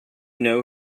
know